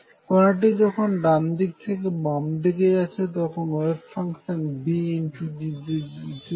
কনাটি যখন ডানদিকে থেকে বামদিকে যাচ্ছে তখন ওয়েভ ফাংশান Be ikx